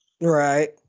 Right